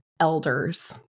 Elders